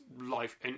life